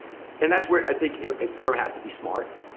and that's where i think, a firm has to be smart.